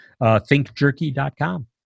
Thinkjerky.com